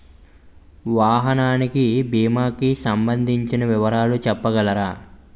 వాహనానికి భీమా కి సంబందించిన వివరాలు చెప్పగలరా?